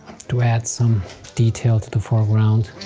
to add some detail to the foreground.